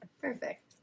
perfect